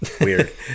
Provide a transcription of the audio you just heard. Weird